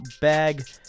bag